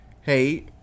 hey